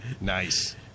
Nice